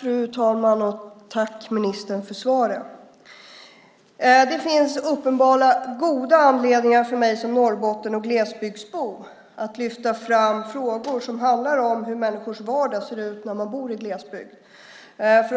Fru talman! Jag tackar ministern för svaret. Det finns uppenbara goda anledningar för mig som norrbottning och glesbygdsbo att lyfta fram frågor som handlar om hur människors vardag ser ut när man bor i glesbygd.